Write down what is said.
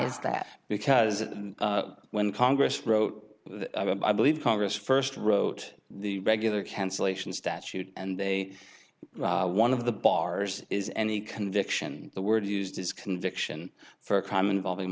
is that because when congress wrote i believe congress first wrote the regular cancellation statute and they one of the bars is any conviction the word used is conviction for a crime involving